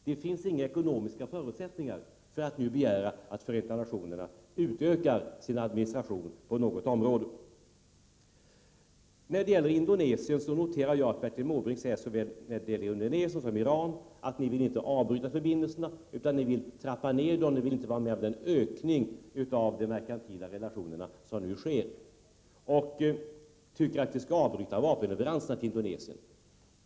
Det finns inga ekonomiska förutsättningar för att nu begära att Förenta nationerna utökar sin administration på något område. Jag noterar att Bertil Måbrink säger att ni, då det gäller såväl Indonesien som Iran, inte vill avbryta förbindelserna, utan ni vill trappa ned dem. Ni vill inte vara med om någon ökning av de merkantila relationerna och tycker att vi skall avbryta vapenleveranserna till Indonesien.